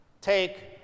take